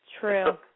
True